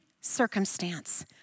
circumstance